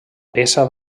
peça